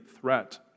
threat